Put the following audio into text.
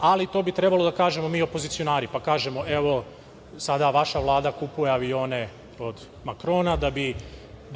ali to bi trebalo da kažemo mi opozicionari. Pa, kažemo, evo sada vaša vlada kupuje avione od Makrona da bi